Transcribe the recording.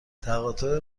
تقاطع